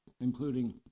including